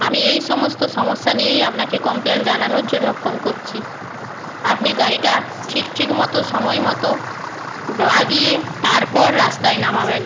আমি এই সমস্ত সমস্যা নিয়েই আপনাকে কমপ্লেন জানানোর জন্য ফোন করছি আপনি গাড়িটা ঠিক ঠিক মতো সময় মতো তারপর রাস্তায় নামাবেন